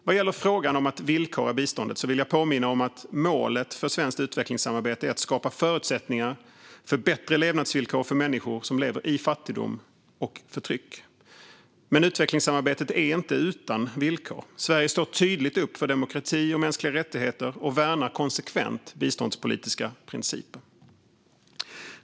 Vad gäller frågan om att villkora biståndet vill jag påminna om att målet för svenskt utvecklingssamarbete är att skapa förutsättningar för bättre levnadsvillkor för människor som lever i fattigdom och förtryck. Men utvecklingssamarbetet är inte utan villkor. Sverige står tydligt upp för demokrati och mänskliga rättigheter och värnar konsekvent biståndspolitiska principer.